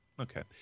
Okay